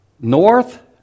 north